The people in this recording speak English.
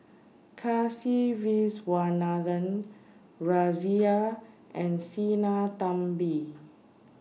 Kasiviswanathan Razia and Sinnathamby